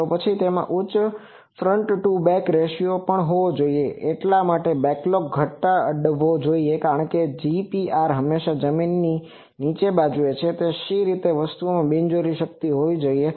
તો પછી તેમાં ઉચ્ચ ફ્રન્ટ ટુ બેક રેશિયોRatioગુણોત્તર પણ હોવો જોઈએ એટલે કે બેકલોગBacklogસંચય ઘટાડવો જોઈએ કારણ કે GPR હંમેશાં જમીનની નીચે જુએ છે તો શા માટે વસ્તુમાં બિનજરૂરી શક્તિ હોવી જોઈએ